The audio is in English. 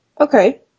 Okay